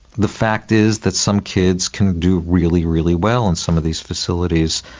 the fact is that some kids can do really, really well in some of these facilities,